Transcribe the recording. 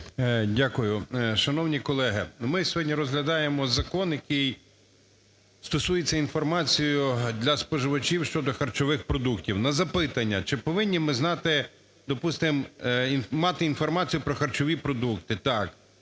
Дякую. Шановні колеги, ми сьогодні розглядаємо закон, який стосується інформації для споживачів щодо харчових продуктів. На запитання, чи повинні ми знати, допустимо, мати інформацію про харчові продукти – так;